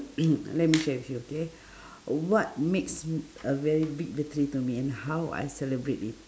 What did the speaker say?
let me share with you okay what makes m~ a very big victory to me and how I celebrate it